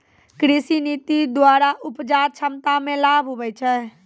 कृषि नीति द्वरा उपजा क्षमता मे लाभ हुवै छै